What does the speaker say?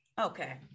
okay